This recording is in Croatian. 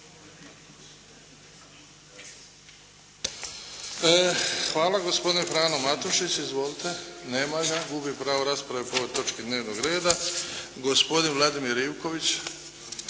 Hvala. Gospodin Frano Matušić. Izvolite. Nema ga. Gubi pravo rasprave po ovoj točki dnevnog reda. Gospodin Vladimir Ivković.